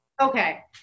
Okay